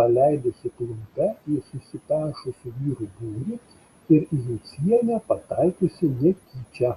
paleidusi klumpe į susipešusių vyrų būrį ir į jucienę pataikiusi netyčia